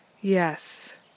Yes